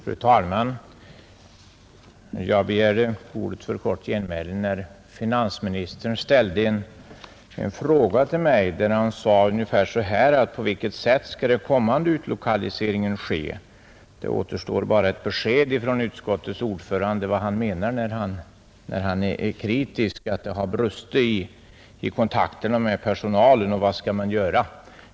Fru talman! Jag begärde ordet för kort genmäle när finansministern ställde en fråga till mig. På vilket sätt skall den kommande utlokaliseringen ske, frågade finansministern och fortsatte: Det återstår bara ett besked från utskottets ordförande om vad han menar när han är kritisk mot att det har brustit i kontakterna med personalen.